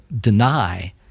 deny